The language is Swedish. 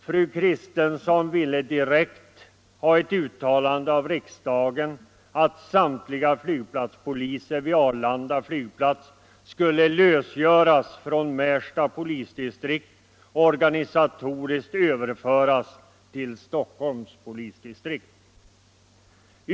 Fru Kristensson ville direkt ha ett uttalande av riksdagen att samtliga flygplatspoliser vid Arlanda flygplats skulle lösgöras från Märsta polisdistrikt och organisatoriskt överföras till Stockholms polisdistrikt.